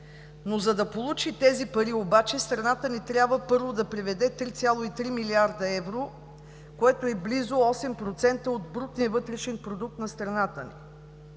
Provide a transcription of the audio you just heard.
За да получи тези пари обаче, страната ни трябва първо да преведе 3,3 млрд. евро, което е близо 8% от брутния й вътрешен продукт. Тоест има шанс